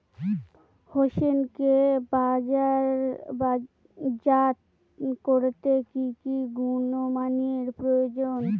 হোসেনকে বাজারজাত করতে কি কি গুণমানের প্রয়োজন?